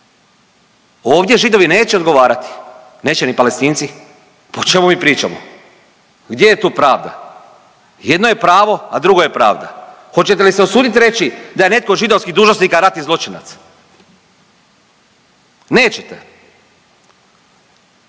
Ovdje Židovi neće odgovarati, neće ni Palestinci. Pa o čemu mi pričamo? Gdje je tu pravda? Jedno je pravo, a drugo je pravda. Hoćete li se usuditi reći da je netko od židovskih dužnosnika ratni zločinac? Nećete.